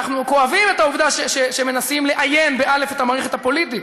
אנחנו כואבים את העובדה שמנסים לאיין את המערכת הפוליטית,